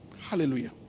Hallelujah